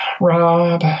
Rob